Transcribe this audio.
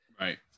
right